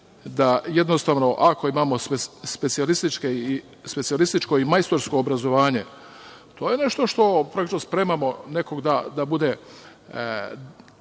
da jednostavno, ako imamo specijalističko i majstorsko obrazovanje, to je nešto gde praktično spremao nekoga da bude